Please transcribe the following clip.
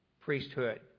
priesthood